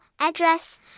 address